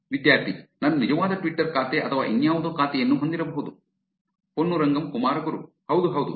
ವಿದ್ಯಾರ್ಥಿ ನನ್ನ ನಿಜವಾದ ಟ್ವಿಟರ್ ಖಾತೆ ಅಥವಾ ಇನ್ನಾವುದೋ ಖಾತೆಯನ್ನು ಹೊಂದಿರಬಹುದು ಪೊನ್ನುರಂಗಂ ಕುಮಾರಗುರು ಹೌದು ಹೌದು